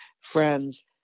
friends